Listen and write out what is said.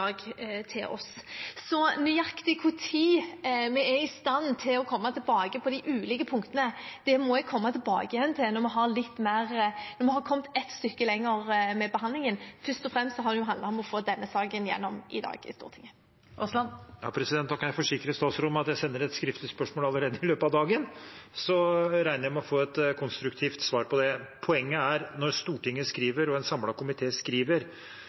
komme tilbake til de ulike punktene, må jeg komme tilbake til når vi har kommet et stykke lenger med behandlingen. Først og fremst har det jo handlet om å få denne saken gjennom i dag i Stortinget. Da kan jeg forsikre statsråden om at jeg sender et skriftlig spørsmål allerede i løpet av dagen, og så regner jeg med å få et konstruktivt svar på det. Poenget er at når Stortinget og en samlet komité skriver